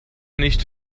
nicht